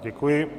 Děkuji.